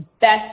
best